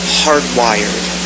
hardwired